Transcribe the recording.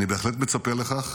אני בהחלט מצפה לכך,